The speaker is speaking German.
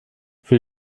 für